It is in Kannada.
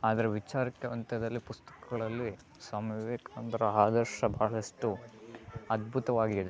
ಆದರೆ ವಿಚಾರಿಕೆವಂತದಲ್ಲಿ ಪುಸ್ತಕಗಳಲ್ಲಿ ಸ್ವಾಮಿ ವಿವೇಕಾನಂದರ ಆದರ್ಶ ಬಹಳಷ್ಟು ಅದ್ಭುತವಾಗಿದೆ